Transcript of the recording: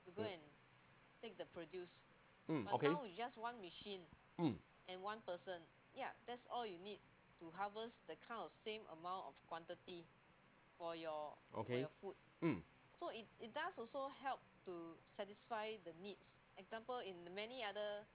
mm mm okay mm okay mm